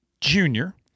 junior